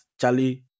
Charlie